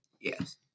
yes